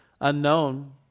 unknown